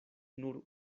nur